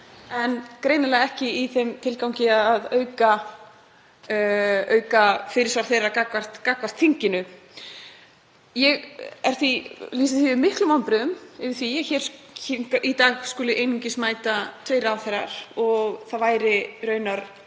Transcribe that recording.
en greinilega ekki í þeim tilgangi að auka fyrirsvar þeirra gagnvart þinginu. Ég lýsi því yfir miklum vonbrigðum með að hér í dag skuli einungis mæta tveir ráðherrar og það væri raunar